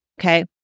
Okay